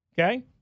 Okay